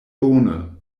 bone